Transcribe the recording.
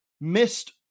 missed